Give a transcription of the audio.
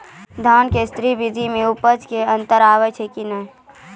धान के स्री विधि मे उपज मे अन्तर आबै छै कि नैय?